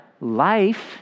life